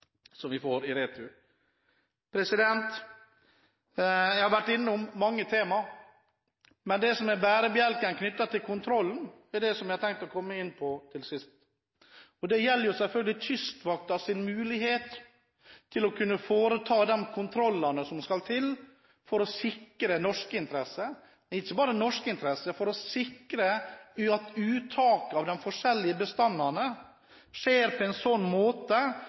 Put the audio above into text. vi får i retur. Jeg har vært innom mange temaer, men det som er bærebjelken knyttet til kontroll, er det jeg har tenkt å komme inn på til slutt. Det gjelder selvfølgelig Kystvaktens mulighet til å kunne foreta de kontrollene som skal til for å sikre norske interesser – men ikke bare norske interesser – og for å sikre at uttaket av de forskjellige bestandene skjer på en sånn måte